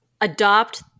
adopt